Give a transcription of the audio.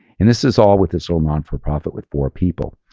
and this is all with this old non-for-profit with four people.